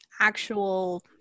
actual